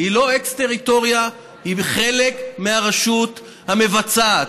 היא לא אקס-טריטוריה, היא חלק מהרשות המבצעת.